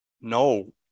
no